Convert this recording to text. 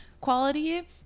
quality